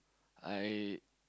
I